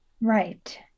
Right